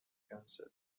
کنسل